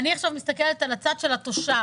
אני עכשיו מסתכלת על הצד של התושב.